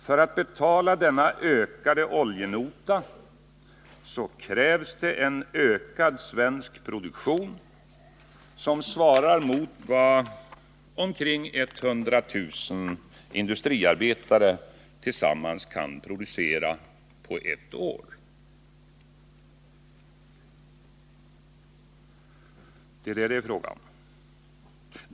För att betala denna större oljenota krävs en ökad svensk produktion som svarar mot vad omkring 100 000 industriarbetare tillsammans kan producera på ett år.